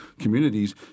communities